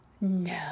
No